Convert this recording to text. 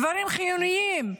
דברים חיוניים,